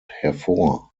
hervor